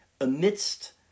amidst